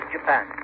Japan